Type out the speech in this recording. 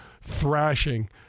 thrashing